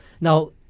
Now